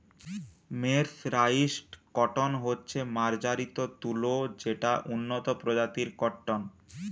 mercerised cotton হচ্ছে মার্জারিত তুলো যেটা উন্নত প্রজাতির কট্টন